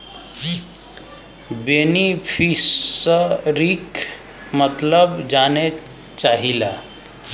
बेनिफिसरीक मतलब जाने चाहीला?